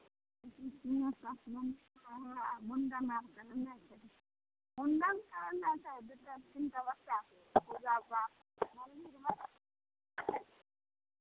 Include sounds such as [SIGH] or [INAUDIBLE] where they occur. [UNINTELLIGIBLE] हमरा मुण्डन आर करेनाइ छै मुण्डन करेनाइ छै दू टा तीन टा बच्चाके पूजापाठ मन्दिरमे